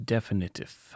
Definitive